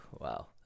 wow